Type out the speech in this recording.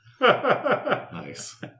Nice